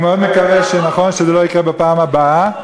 אני מאוד מקווה שזה נכון שזה לא יקרה בפעם הבאה,